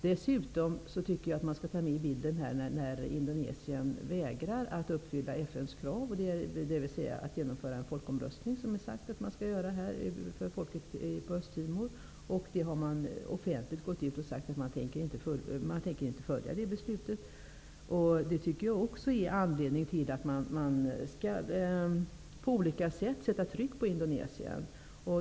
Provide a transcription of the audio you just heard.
Dessutom tycker jag att man skall ta med i bilden att Indonesien vägrar att uppfylla FN:s krav, dvs. att genomföra en folkomröstning som det är sagt att man skall göra i Östtimor. Man har offentligt gått ut och sagt att man inte tänker följa det beslutet. Detta tycker jag också ger anledning att på olika sätt sätta tryck på Indonesien.